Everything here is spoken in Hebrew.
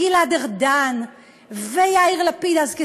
גלעד ארדן ויאיר לפיד אז,